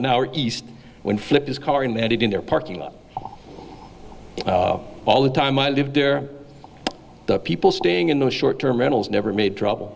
an hour east when flipped his car and they had it in their parking lot all the time i lived there the people staying in the short term rentals never made trouble